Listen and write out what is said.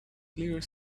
clear